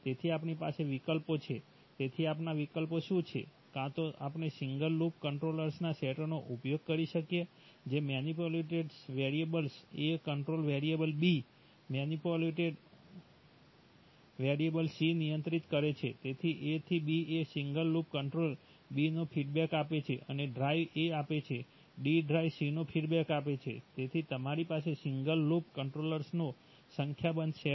તેથી આપણી પાસે વિકલ્પો છે તેથી આપણા વિકલ્પો શું છે કાં તો આપણે સિંગલ લૂપ કન્ટ્રોલર્સના સેટનો ઉપયોગ કરી શકીએ જે manipulated variable A controls variable B manipulated variable C નિયંત્રિત કરે છે તેથી A થી B એક સિંગલ લૂપ કન્ટ્રોલર B નો ફીડબેક આપે છે અને ડ્રાઇવ A આપે છે D ડ્રાઇવ C નો ફીડબેક આપે છે તેથી તમારી પાસે સિંગલ લૂપ કન્ટ્રોલર્સનો સંખ્યાબંધ સેટ છે